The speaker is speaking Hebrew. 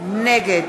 נגד